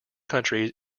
countries